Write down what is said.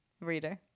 reader